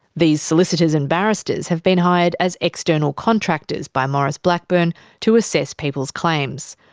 these solicitors and barristers have been hired as external contractors by maurice blackburn to assess people's claims.